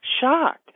shocked